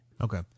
Okay